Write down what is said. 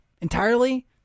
entirely